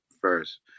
first